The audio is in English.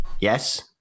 Yes